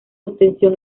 obtención